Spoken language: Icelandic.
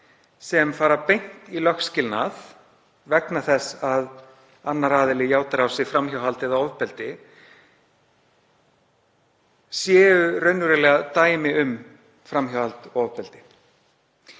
sem fara beint í lögskilnað vegna þess að annar aðili játar á sig framhjáhald eða ofbeldi séu raunveruleg dæmi um framhjáhald eða ofbeldi.